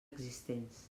existents